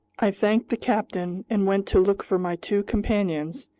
i thanked the captain and went to look for my two companions,